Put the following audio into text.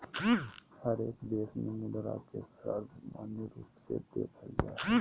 हरेक देश में मुद्रा के सर्वमान्य रूप से देखल जा हइ